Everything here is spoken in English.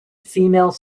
female